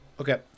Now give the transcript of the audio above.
Okay